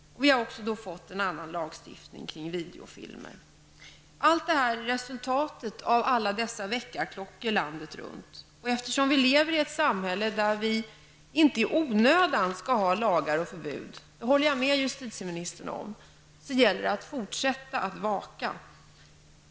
Vi har också fått en annan lagstiftning om videofilmer. Allt detta är resultatet av alla dessa väckarklockor landet runt. Eftersom vi lever i ett samhälle där vi inte i onödan skall ha lagar och förbud, det håller jag med justitieministern om, gäller det att fortsätta att vaka.